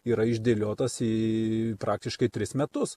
yra išdėliotas į praktiškai tris metus